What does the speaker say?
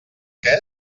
que